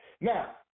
Now